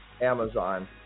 Amazon